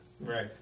Right